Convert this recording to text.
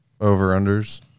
over-unders